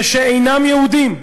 ושאינם-יהודים.